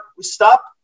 stop